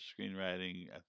screenwriting